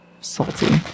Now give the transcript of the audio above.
salty